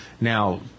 Now